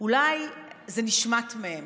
אולי זה נשמט מהם,